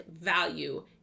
value